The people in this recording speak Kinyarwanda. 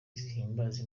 zihimbaza